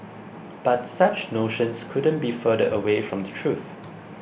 but such notions couldn't be further away from the truth